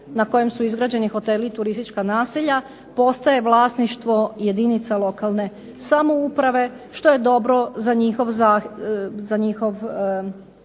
na kojem su izgrađeni hoteli i turistička naselja postaje vlasništvo jedinica lokalne samouprave što je dobro za njihov razvoj